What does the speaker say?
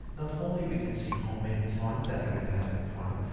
not only we can see how many times that event has been fired,